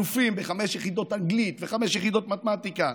אלופים בחמש יחידות אנגלית וחמש יחידות מתמטיקה,